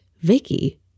Vicky